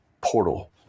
portal